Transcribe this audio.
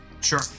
Sure